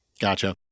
gotcha